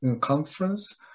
conference